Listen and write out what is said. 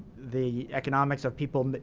the economics of people